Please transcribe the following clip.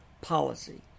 policy